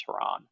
Tehran